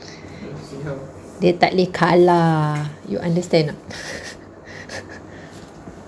dia takleh kalah you understand or not